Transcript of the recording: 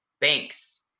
banks